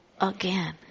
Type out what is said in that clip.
again